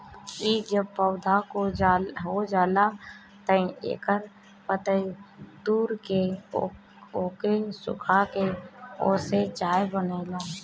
इ जब पौधा हो जाला तअ एकर पतइ तूर के ओके सुखा के ओसे चाय बनेला